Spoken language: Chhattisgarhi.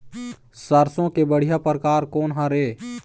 सरसों के बढ़िया परकार कोन हर ये?